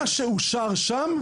מה שאושר שם,